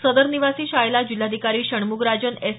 सदर निवासी शाळेला जिल्हाधिकारी षण्म्गराजन एस